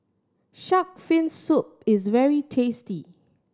shark fin soup is very tasty